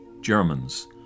Germans